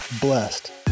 blessed